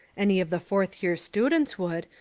any of the fourth-year students would,